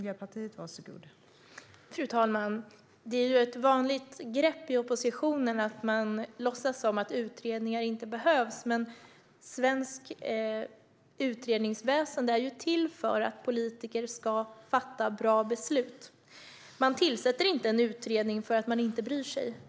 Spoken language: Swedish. Fru talman! Det är ett vanligt grepp från oppositionen att låtsas som att utredningar inte behövs, men svenskt utredningsväsen finns till för att politiker ska kunna fatta bra beslut. Man tillsätter inte en utredning för att man inte bryr sig.